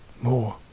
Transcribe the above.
more